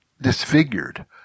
disfigured